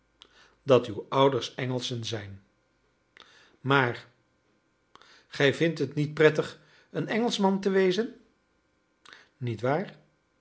dat uw ouders engelschen zijn maar gij vindt het niet prettig een engelschman te wezen niet waar